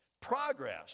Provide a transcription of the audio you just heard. progress